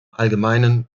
allgemeinen